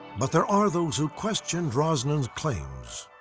but there are those who question drosnin's claims.